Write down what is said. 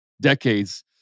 Decades